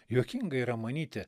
juokinga yra manyti